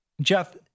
Jeff